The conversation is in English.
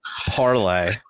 parlay